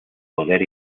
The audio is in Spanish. poder